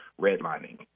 redlining